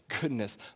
Goodness